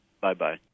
Bye-bye